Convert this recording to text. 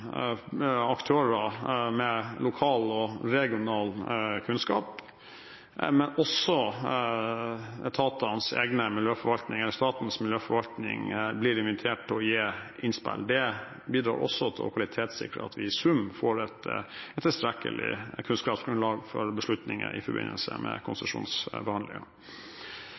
aktører med lokal og regional kunnskap, men også etatenes egen miljøforvaltning, statens miljøforvaltning, blir invitert til å gi innspill. Det bidrar til å kvalitetssikre at vi i sum får et tilstrekkelig kunnskapsgrunnlag for beslutninger i forbindelse med